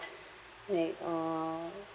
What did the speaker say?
like uh